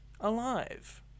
alive